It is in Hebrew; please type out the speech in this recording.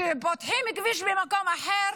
כשפותחים כביש במקום אחר,